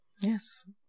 Yes